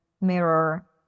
mirror